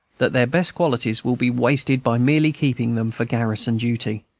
that their best qualities will be wasted by merely keeping them for garrison duty.